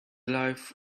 life